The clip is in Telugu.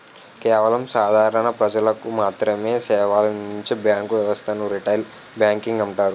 కేవలం సాధారణ ప్రజలకు మాత్రమె సేవలందించే బ్యాంకు వ్యవస్థను రిటైల్ బ్యాంకింగ్ అంటారు